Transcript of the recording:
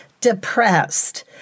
depressed